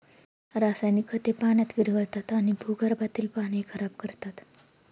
रासायनिक खते पाण्यात विरघळतात आणि भूगर्भातील पाणीही खराब करतात